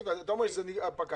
אתה אומר שזה פקע.